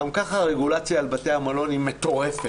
גם ככה הרגולציה על בתי המלון היא מטורפת.